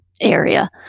area